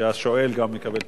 שהשואל גם מקבל תשובה.